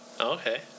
Okay